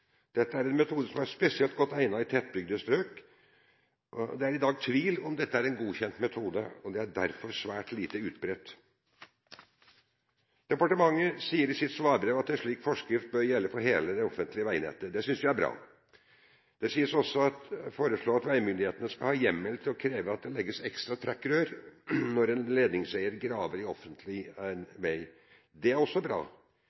Dette er en metode som er spesielt godt egnet i tettbygde strøk. Det er i dag tvil om dette er en godkjent metode, og den er derfor svært lite utbredt. Departementet sier i sitt svarbrev at en slik forskrift bør gjelde for hele det offentlige veinettet. Det synes vi er bra. Det foreslås også at veimyndighetene skal ha hjemmel til å kreve at det legges ekstra trekkrør når en ledningseier graver i offentlig vei. Det er også bra.